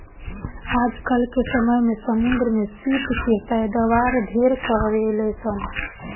आजकल के समय में समुंद्र में सीप के पैदावार ढेरे करेलसन